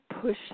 push